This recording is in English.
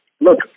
look